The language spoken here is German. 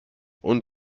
und